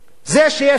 וזה שיש ככה,